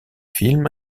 film